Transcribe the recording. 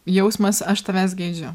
jausmas aš tavęs geidžiu